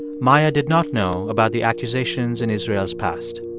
maia did not know about the accusations in israel's past.